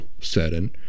setting